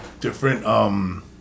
Different